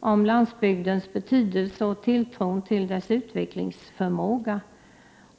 om landsbygdens betydelse och tilltron till dess utvecklingsförmåga”.